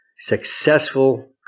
successful